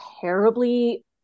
terribly